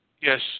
yes